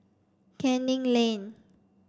Canning Lane